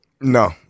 no